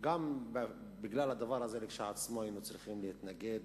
גם בגלל הדבר הזה כשלעצמו היינו צריכים להתנגד,